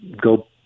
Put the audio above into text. go